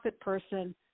person